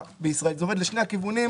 של גיל מסוים,